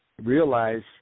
realize